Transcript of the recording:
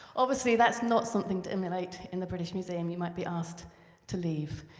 obviously, that's not something to emulate in the british museum you might be asked to leave.